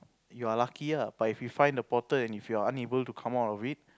you're lucky lah but if you find the portal and if you are unable to come out of it